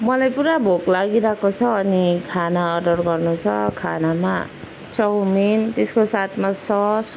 मलाई पुरा भोक लागिरहेको छ अनि खाना अर्डर गर्नु छ खानामा चाउमिन त्यसको साथमा सस